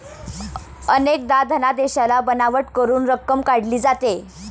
अनेकदा धनादेशाला बनावट करून रक्कम काढली जाते